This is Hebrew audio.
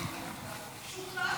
משכנע --- שוכנענו.